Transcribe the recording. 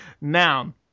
noun